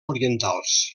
orientals